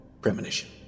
premonition